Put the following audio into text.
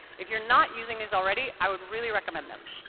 if you're not using these already, i would really recommend them.